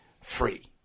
free